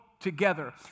Together